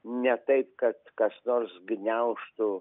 ne taip kad kas nors gniaužtų